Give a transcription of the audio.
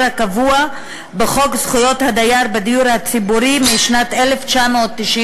הקבוע בחוק זכויות הדייר בדיור הציבורי משנת 1998,